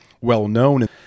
well-known